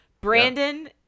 Brandon